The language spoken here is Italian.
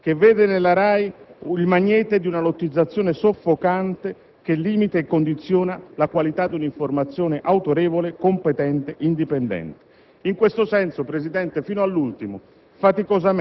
è stata richiamata da tutti, dal mondo degli intellettuali, della politica e dalla realtà sociale del nostro Paese. Autorevoli esponenti del centro-sinistra